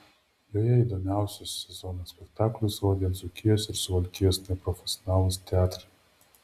joje įdomiausius sezono spektaklius rodė dzūkijos ir suvalkijos neprofesionalūs teatrai